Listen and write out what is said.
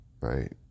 right